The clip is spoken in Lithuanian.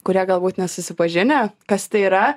kurie galbūt nesusipažinę kas tai yra